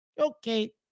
Okay